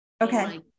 okay